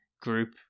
group